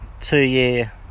two-year